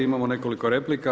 Imamo nekoliko replika.